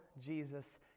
Jesus